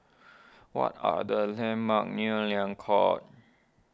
what are the landmarks near Liang Court